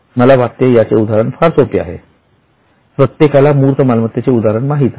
मला वाटते याचे उदाहरण फार सोपे आहे प्रत्येकाला मूर्त मालमत्तेचे उदाहरण माहित आहे